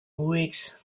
weeks